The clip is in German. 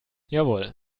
jawohl